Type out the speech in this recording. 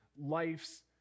life's